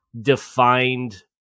defined